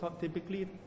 typically